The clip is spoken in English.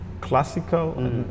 classical